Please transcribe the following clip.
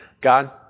God